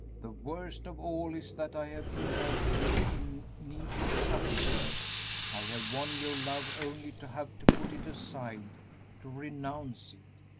the worst of all is that i have involved you in needless suffering i have won your love only to have to put it aside to renounce it.